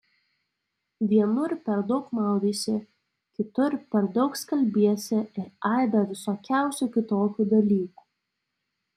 vienur per daug maudaisi kitur per daug skalbiesi ir aibę visokiausių kitokių dalykų